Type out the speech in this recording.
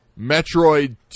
metroid